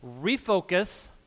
refocus